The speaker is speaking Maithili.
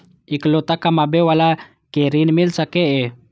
इकलोता कमाबे बाला के ऋण मिल सके ये?